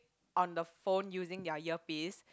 on the phone using their earpiece